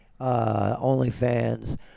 OnlyFans